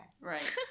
Right